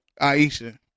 Aisha